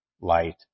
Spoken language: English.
light